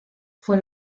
fue